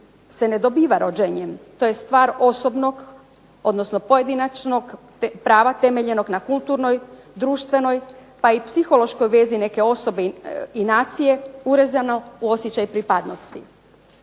se ne dobiva rođenjem, to je stvar osobnog odnosno pojedinačnog prava temeljenog na kulturnoj, društvenoj pa i psihološkoj vezi neke osobe i nacije urezano u osjećaj pripadnosti.